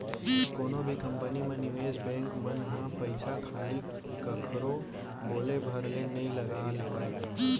कोनो भी कंपनी म निवेस बेंक मन ह पइसा खाली कखरो बोले भर ले नइ लगा लेवय